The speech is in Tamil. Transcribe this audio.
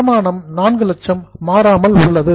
அடமானம் 400000 மாறாமல் உள்ளது